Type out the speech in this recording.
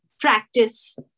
practice